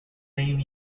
same